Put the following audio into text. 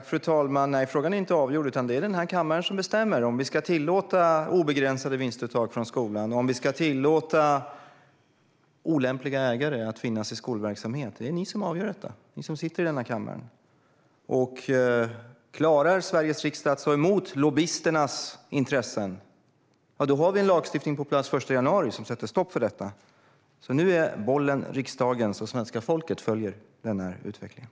Fru talman! Frågan är inte avgjord. Det är den här kammaren som bestämmer om vi ska tillåta obegränsade vinstuttag från skolan, om vi ska tillåta olämpliga ägare att driva skolverksamhet. Det är ni som sitter i denna kammare som avgör detta. Klarar Sveriges riksdag att stå emot lobbyisternas intressen, då har vi en lagstiftning på plats den 1 januari som sätter stopp för detta. Nu ligger bollen hos riksdagen, och svenska folket följer utvecklingen.